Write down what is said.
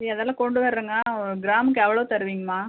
சரி அதெல்லாம் கொண்டு வரோங்க ஒரு கிராமுக்கு எவ்வளோ தருவீங்கமா